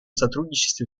сотрудничестве